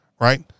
Right